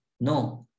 No